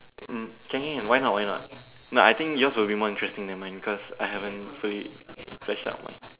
um can can can why not why not no I think yours will be more interesting than mine cause I haven't fully